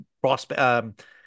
prospect